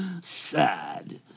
Sad